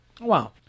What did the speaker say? Wow